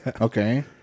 Okay